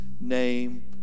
name